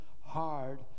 hard